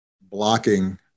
blocking